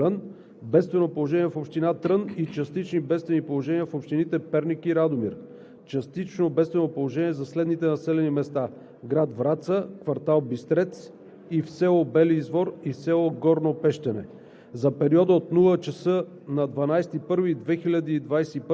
…частични бедствени положения в общините Доспат и Мадан, област Смолян; бедствено положение в община Трън и частични бедствени положения в общините Перник и Радомир. Частично бедствено положение за следните населени места: град Враца, квартал Бистрец, село Бели извор и село Горно Пещене.